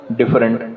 different